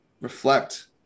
reflect